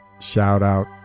shout-out